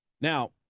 Now